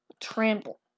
Trample